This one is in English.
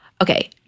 Okay